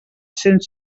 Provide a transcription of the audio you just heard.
cents